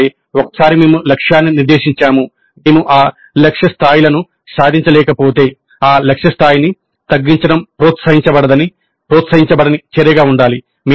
ఎందుకంటే ఒకసారి మేము లక్ష్యాన్ని నిర్దేశించాము మేము ఆ లక్ష్య స్థాయిలను సాధించలేకపోతే ఆ లక్ష్య స్థాయిని తగ్గించడం ప్రోత్సహించబడని చర్యగా ఉండాలి